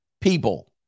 people